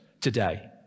today